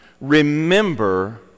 remember